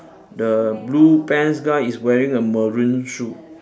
the blue pants guy is wearing a maroon shoe